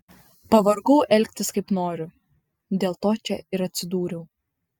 pavargau elgtis kaip noriu dėl to čia ir atsidūriau